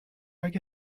اگه